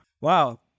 Wow